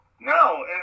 no